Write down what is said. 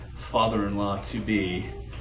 father-in-law-to-be